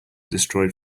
destroyed